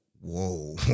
Whoa